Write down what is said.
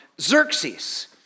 Xerxes